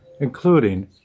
including